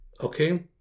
okay